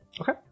Okay